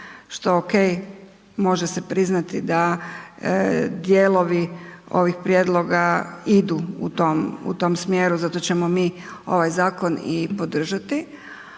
što ok može se priznati da dijelovi ovih prijedloga idu u tom smjeru zato ćemo mi ovaj zakon i podržati,